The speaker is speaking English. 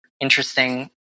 interesting